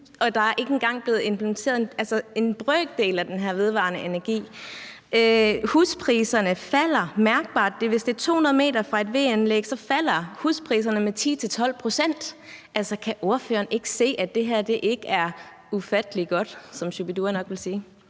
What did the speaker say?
der er ikke engang blevet implementeret en brøkdel af den her vedvarende energi. Huspriserne falder mærkbart. Hvis det er 200 m fra et VE-anlæg, falder huspriserne med 10-12 pct. Altså, kan ordføreren ikke se, at det her ikke er ufattelig godt, som Shu-bi-dua nok ville sige?